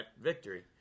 victory